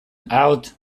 out